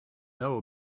know